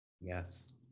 Yes